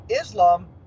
Islam